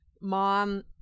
mom